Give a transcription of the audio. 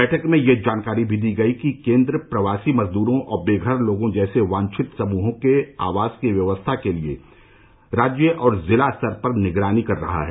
बैठक में यह जानकारी भी दी गई कि केंद्र प्रवासी मजदूरों और बेघर लोगों जैसे वांछित समूहों के आवास की व्यवस्था के लिए राज्य और जिला स्तर पर निगरानी कर रहा है